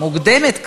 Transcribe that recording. מוקדמת כבר.